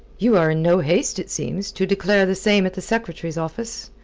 you are in no haste, it seems, to declare the same at the secretary's office.